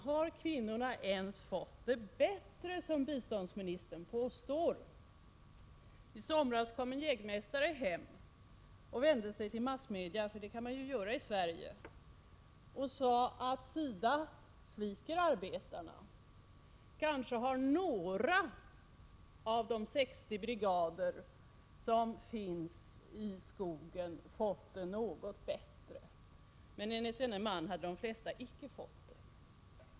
Har kvinnorna ens fått det bättre, som biståndsministern påstår? I somras kom en jägmästare hem och vände sig till massmedia — för det kan man ju göra i Sverige — och sade att SIDA sviker arbetarna. Kanske har några av de 60 brigader som finns i skogen fått det något bättre, men enligt denne man hade de flesta icke fått det.